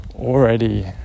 already